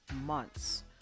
months